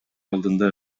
алдында